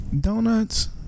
donuts